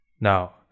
now